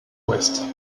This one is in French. ouest